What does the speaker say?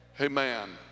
Amen